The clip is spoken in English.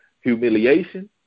humiliation